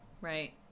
Right